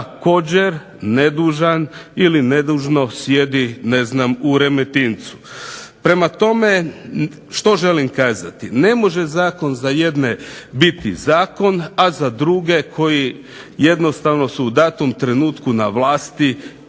također nedužan i nedužno sjedi ne znam u Remetincu. Prema tome, što želim kazati, ne može zakon za jedne biti zakon, a za druge koji jednostavno su u datom trenutku vlasi